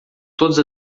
todas